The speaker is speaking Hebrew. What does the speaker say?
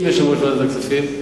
עם יושב-ראש ועדת הכספים.